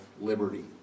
liberty